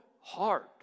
heart